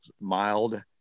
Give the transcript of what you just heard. mild